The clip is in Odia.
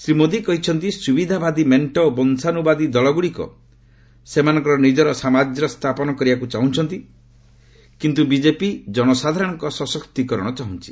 ଶ୍ରୀ ମୋଦୀ କହିଛନ୍ତି ସ୍ୱବିଧାବାଦୀ ମେଣ୍ଟ ଓ ବଂଶାନ୍ଦବାଦୀ ଦଳଗ୍ରଡିକ ସେମାନଙ୍କର ନିଜର ସାମ୍ରାଜ୍ୟ ସ୍ଥାପନ କରିବାକୁ ଛାହୁଁଛନ୍ତି କିନ୍ତୁ ବିଜେପି ଜନସାଧାରଣଙ୍କ ସଶକ୍ତିକରଣ ଚାହୁଁଛି